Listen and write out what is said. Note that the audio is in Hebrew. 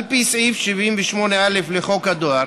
על פי סעיף 78א לחוק הדואר